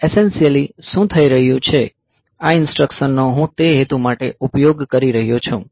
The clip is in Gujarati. એશેન્શીયલી શું થઈ રહ્યું છે આ ઈન્સ્ટ્રકશનનો હું તે હેતુ માટે ઉપયોગ કરી રહ્યો છું